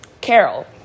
Carol